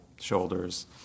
shoulders